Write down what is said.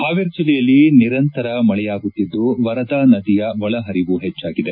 ಹಾವೇರಿ ಜಲ್ಲೆಯಲ್ಲಿ ನಿರಂತರವಾಗಿ ಮಳೆಯಾಗುತ್ತಿದ್ದು ವರದಾ ನದಿಯ ಒಳ ಪರಿವು ಹೆಚ್ಚಾಗಿದೆ